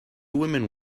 women